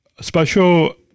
special